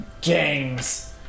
gangs